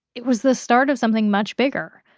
it was the start of something much bigger.